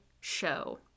show